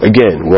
Again